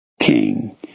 king